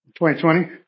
2020